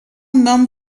nom